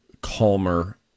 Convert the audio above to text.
calmer